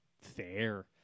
fair